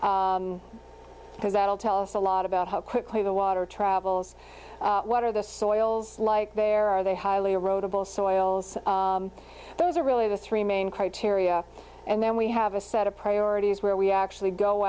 because that'll tell us a lot about how quickly the water travels what are the soils like there are they highly a road of soils those are really the three main criteria and then we have a set of priorities where we actually go